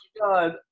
god